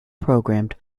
programmed